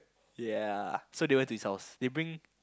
ya so that one is his house they bring